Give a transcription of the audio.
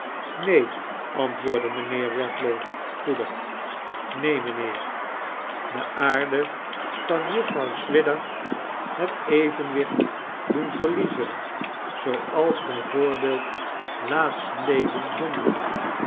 neen antwoordde mijnheer redlaw goedig neen mijnheer de aarde kan juffrouw swidger het evenwicht doen verliezen zooals b v laatetleden zondag